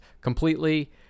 completely